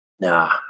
Nah